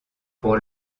pour